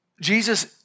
Jesus